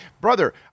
brother